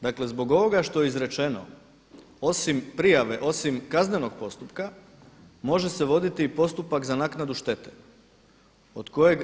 Dakle zbog ovoga što je izrečeno osim prijave osim kaznenog postupka može se voditi postupak za naknadu štete od kojeg